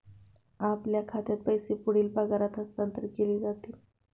आपल्या खात्यात पैसे पुढील पगारात हस्तांतरित केले जातील